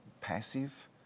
passive